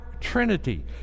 Trinity